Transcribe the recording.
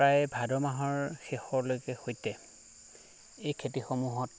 প্ৰায় ভাদ মাহৰ শেষলৈকে সৈতে এই খেতিসমূহত